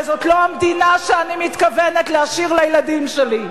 וזאת לא המדינה שאני מתכוונת להשאיר לילדים שלי.